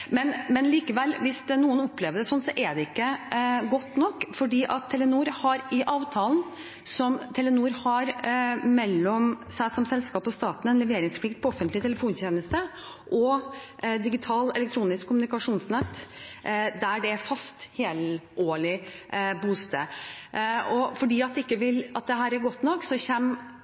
Men likevel, hvis noen opplever det slik, er det ikke godt nok. Telenor har – i avtalen som Telenor har mellom seg som selskap og staten – en leveringsplikt på offentlig telefontjeneste og digitalt elektronisk kommunikasjonsnett der det er fast helårig bosetting. Og fordi dette ikke er godt nok,